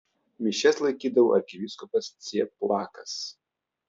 mišias laikydavo arkivyskupas cieplakas